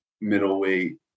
Middleweight